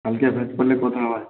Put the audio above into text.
କାଲିକି ଫ୍ରେସ କଲରେ କଥାହବା